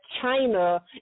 China